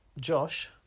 Josh